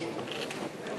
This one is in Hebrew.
מאולם